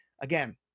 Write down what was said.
again